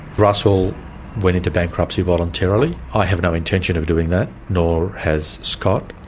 russell went into bankruptcy voluntarily. i have no intention of doing that, nor has scott.